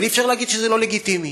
אבל אי-אפשר להגיד שזה לא לגיטימי.